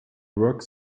work